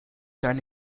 deine